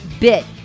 bit